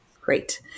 Great